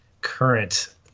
current